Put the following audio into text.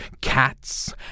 cats